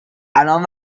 الآن